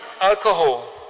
alcohol